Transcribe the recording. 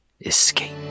escape